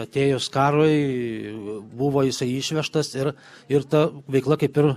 atėjus karui buvo jisai išvežtas ir ir ta veikla kaip ir